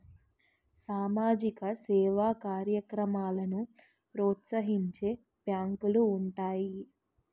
సామాజిక సేవా కార్యక్రమాలను ప్రోత్సహించే బ్యాంకులు ఉంటాయి